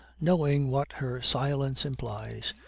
knowing what her silence implies,